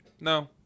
no